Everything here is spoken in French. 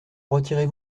retirez